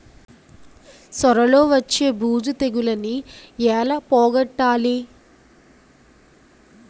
సొర లో వచ్చే బూజు తెగులని ఏల పోగొట్టాలి?